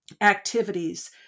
activities